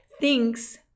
thinks